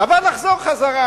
אבל נחזור חזרה.